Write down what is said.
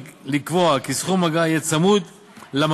לקבוע כי סכום אגרה יהיה צמוד למדד,